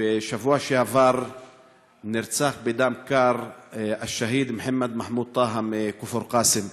בשבוע שעבר נרצח בדם קר השהיד מוחמד מחמוד טאהא מכפר קאסם,